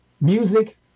music